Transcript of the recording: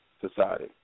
society